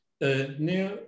new